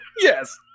Yes